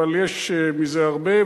אבל יש מזה הרבה,